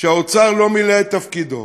והאוצר לא מילא את תפקידו,